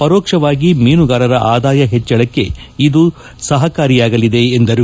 ಪರೋಕ್ಷವಾಗಿ ಮೀನುಗಾರರ ಆದಾಯ ಹೆಚ್ಚಳಕ್ಕೆ ಇದು ಸಹಕಾರಿಯಾಗಲಿದೆ ಎಂದರು